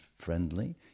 friendly